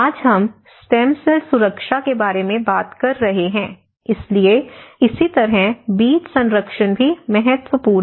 आज हम stem cell सुरक्षा के बारे में बात कर रहे हैं इसलिए इसी तरह बीज संरक्षण भी महत्वपूर्ण है